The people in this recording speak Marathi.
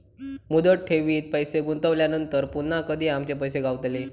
मुदत ठेवीत पैसे गुंतवल्यानंतर पुन्हा कधी आमचे पैसे गावतले?